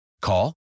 Call